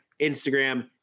Instagram